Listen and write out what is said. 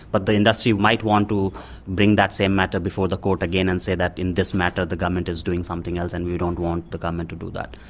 but the industry might want to bring that same matter before the court again and say that in this matter the government is doing something else and we don't want the government to do that.